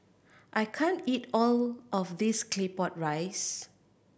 I can't eat all of this Claypot Rice